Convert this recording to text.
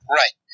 right